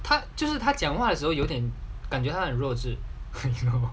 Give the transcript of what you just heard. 他就是他讲话的时候有点感觉很弱智 you know